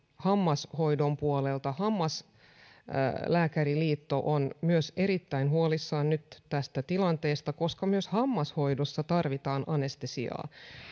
hammashoidon puolelta hammaslääkäriliitto on myös erittäin huolissaan tästä tilanteesta koska myös hammashoidossa tarvitaan anestesiaa